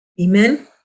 amen